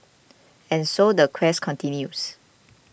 and so the quest continues